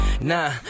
Nah